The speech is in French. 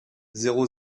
zéro